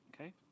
okay